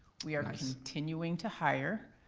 we are continuing to hire,